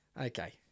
Okay